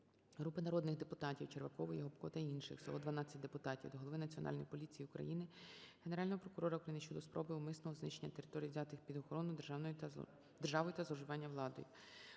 Групи народних депутатів (Червакової, Гопко та інших. Всього 12 депутатів) до Голови Національної поліції України, Генерального прокурора України щодо спроби умисного знищення територій, взятих під охорону державою та зловживання владою.